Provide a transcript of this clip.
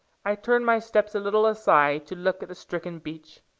i turned my steps a little aside to look at the stricken beech.